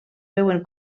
veuen